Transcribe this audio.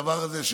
הדבר הזה,